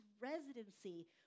residency